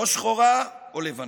ולא שחורה או לבנה.